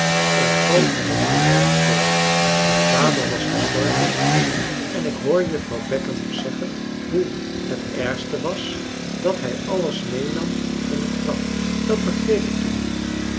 een groot ongeluk overkomen vader was gestorven en ik hoor juffrouw bekker nog zeggen hoe het ergste was dat hij alles meenam in het graf dat begreep ik toen niet